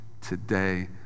today